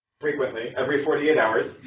frequently, every forty eight hours,